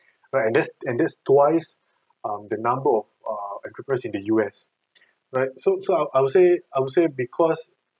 right and this and this twice um the number of err entrepreneurs in the U_S right so so I would I would say I would say because